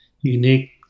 unique